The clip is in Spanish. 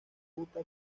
ruta